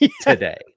today